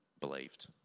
believed